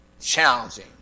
Challenging